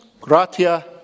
gratia